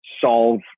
solve